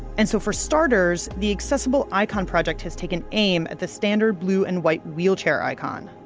and so for starters, the accessible icon project has taken aim at the standard blue and white wheelchair icon.